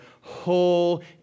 whole